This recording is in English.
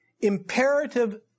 Imperative